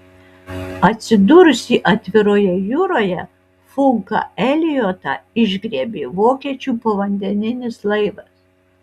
atsidūrusį atviroje jūroje funką eliotą išgriebė vokiečių povandeninis laivas